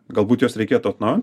galbūt juos reikėtų atnaujint